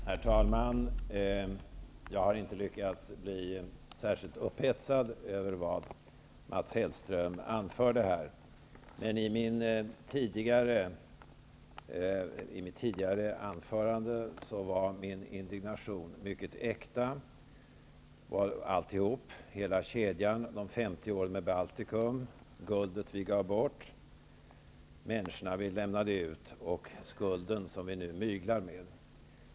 Herr talman! Jag har inte lyckats bli särskilt upphetsad över vad Mats Hellström anförde här. Men i mitt tidigare anförande var min indignation mycket äkta. Det gällde allt, hela kedjan, de 50 åren med Baltikum, guldet vi gav bort, människorna vi lämnade ut och skulden som vi nu myglar med.